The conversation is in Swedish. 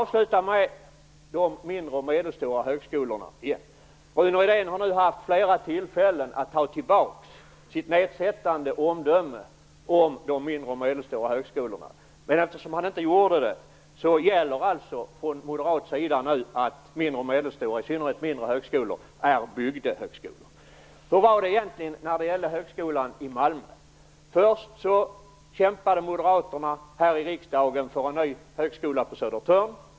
Rune Rydén har nu haft flera tillfällen att ta tillbaka sitt nedsättande omdöme om de mindre och medelstora högskolorna. Men eftersom han inte gjorde det kvarstår alltså omdömet från moderat sida att i synnerhet de mindre högskolorna är bygdehögskolor. Hur var det egentligen när det gällde högskolan i Malmö? Först kämpade Moderaterna här i riksdagen för en ny högskola på Södertörn.